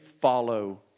follow